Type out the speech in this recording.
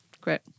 Great